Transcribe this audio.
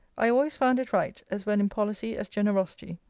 i always found it right, as well in policy as generosity,